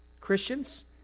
Christians